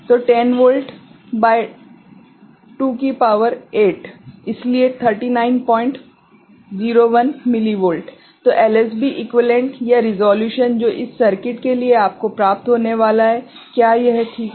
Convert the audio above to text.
तो 10 वोल्ट भागित 2 की शक्ति 8 इसलिए 3901 मिलीवोल्ट 1 एलएसबी इक्विवेलेंट या रिसोल्यूशन जो इस विशेष सर्किट के लिए आपको प्राप्त होने वाला है क्या यह ठीक है